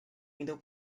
window